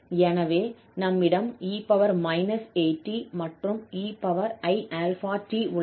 எனவே எங்களிடம் 𝑒−𝑎𝑡 மற்றும் 𝑒𝑖𝛼𝑡 உள்ளது